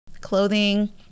clothing